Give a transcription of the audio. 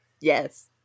yes